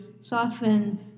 soften